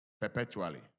perpetually